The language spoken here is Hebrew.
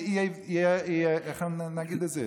איך אגיד את זה?